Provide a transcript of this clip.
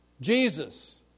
Jesus